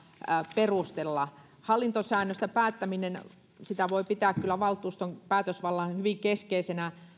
perustella hallintosäännöstä päättämistä voi pitää kyllä valtuuston päätösvallan hyvin keskeisenä